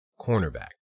cornerback